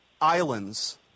islands